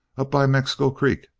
up by mexico creek,